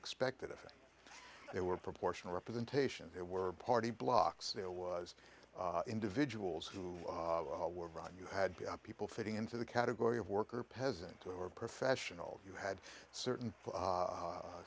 expected if there were proportional representation there were party blocs there was individuals who were run you had people fitting into the category of worker peasant or professional you had certain